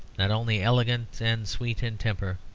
not only elegant and sweet in temper,